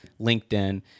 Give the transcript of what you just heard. LinkedIn